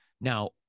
Now